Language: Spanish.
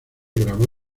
grabó